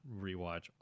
rewatch